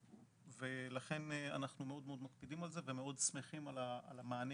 לכן אנחנו מאוד מקפידים על זה ומאוד שמחים על המענה